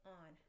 on